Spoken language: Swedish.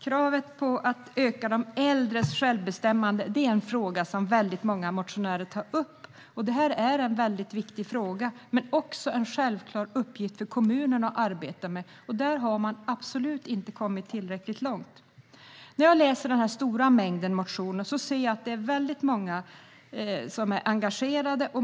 Kravet på att öka de äldres självbestämmande är en fråga som många motionärer tar upp. Det är en viktig fråga men också en självklar uppgift för kommunerna att arbeta med. Där har man absolut inte kommit tillräckligt långt. När jag läser denna stora mängd motioner ser jag att många är engagerade.